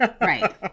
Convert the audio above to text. Right